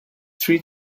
three